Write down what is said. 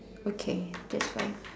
okay that's fine